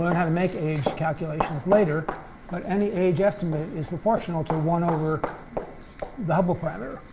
make age calculations later but any age estimate is proportional to one over the hubble parameter,